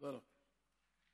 תודה לך.